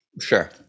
Sure